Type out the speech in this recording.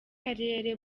karere